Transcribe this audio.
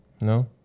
No